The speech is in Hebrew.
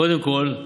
קודם כול,